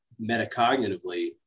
metacognitively